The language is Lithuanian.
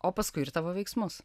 o paskui ir tavo veiksmus